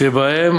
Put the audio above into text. שבהן